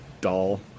doll